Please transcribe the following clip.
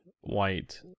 white